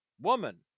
woman